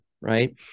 right